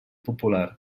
popular